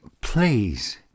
please